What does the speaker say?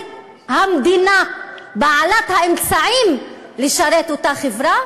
המדינה בעלת האמצעים לשרת את אותה חברה?